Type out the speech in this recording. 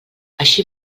així